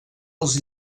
els